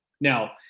Now